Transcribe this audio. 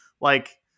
like-